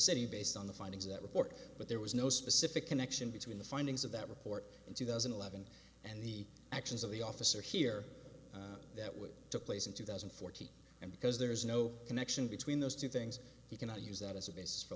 city based on the findings of that report but there was no specific connection between the findings of that report in two thousand and eleven and the actions of the officer here that would took place in two thousand and fourteen and because there is no connection between those two things you cannot use that as a basis for